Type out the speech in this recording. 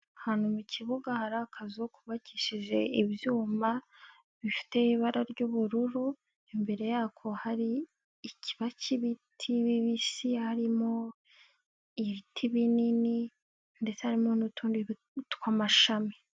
Ahantu mu kibuga hari akazu kubakishije ibyuma, bifite ibara ry'ubururu, imbere yako hari ikiba cy'ibiti bibisi, harimo ibiti binini ndetse harimo n'utundi tw'amashami.